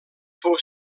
fou